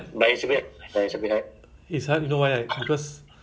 you lock the door close the door